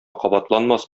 кабатланмас